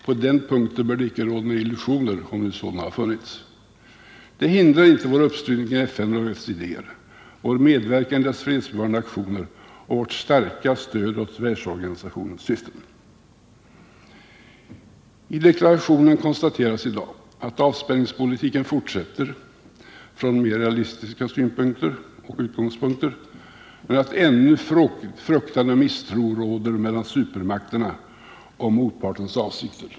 På den punkten bör det icke råda några illusioner, om nu sådana funnits. Det hindrar inte vår uppslutning kring FN och dess idéer, vår medverkan i dess fredsbevarande aktioner och vårt starka stöd åt världsorganisationens syften. I deklarationen konstateras i dag att avspänningspolitiken fortsätter från mer realistiska utgångspunkter men att ännu fruktan och misstro råder mellan supermakterna om motpartens avsikter.